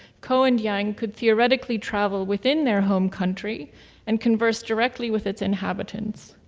ko and yang could theoretically travel within their home country and converse directly with its inhabitants.